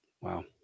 wow